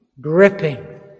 gripping